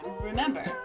remember